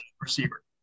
receiver